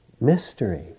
mystery